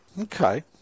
Okay